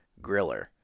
griller